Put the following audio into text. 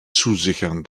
zusichern